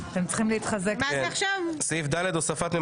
אבקש להודיע על הוספת חבר הכנסת אושר שקלים